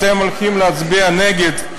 אתם הולכים להצביע נגד,